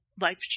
life